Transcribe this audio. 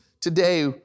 today